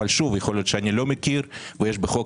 אבל יכול להיות שאני לא מכיר ויש בחוק